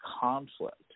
conflict